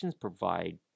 provide